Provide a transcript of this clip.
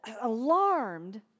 alarmed